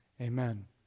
Amen